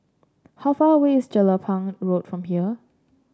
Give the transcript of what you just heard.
how far away is Jelapang Road from here